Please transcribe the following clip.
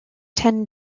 ten